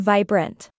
Vibrant